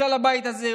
מכלל הבית הזה,